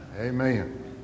Amen